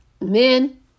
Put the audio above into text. men